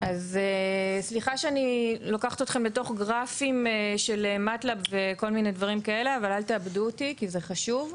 אז סליחה שאני לוקחת אתכם לתוך גרפים אבל אל תאבדו אותי כי זה חשוב.